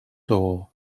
door